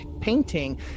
painting